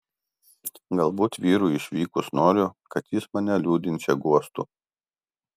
galbūt vyrui išvykus noriu kad jis mane liūdinčią guostų